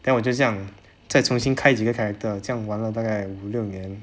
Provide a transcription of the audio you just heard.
then 我就这样在重新开几个 character 这样玩了大概五六年